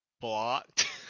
blocked